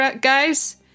guys